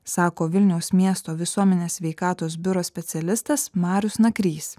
sako vilniaus miesto visuomenės sveikatos biuro specialistas marius nakrys